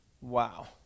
Wow